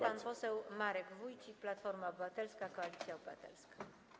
Pan poseł Marek Wójcik, Platforma Obywatelska - Koalicja Obywatelska.